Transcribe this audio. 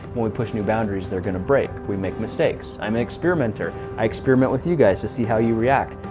when we push new boundaries, they're gonna break we make mistakes. i'm an experimenter. i experiment with you guys to see how you react.